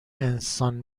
انسان